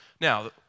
Now